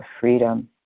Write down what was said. freedom